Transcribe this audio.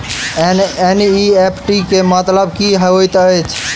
NEFT केँ मतलब की हएत छै?